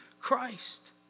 Christ